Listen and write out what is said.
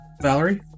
Valerie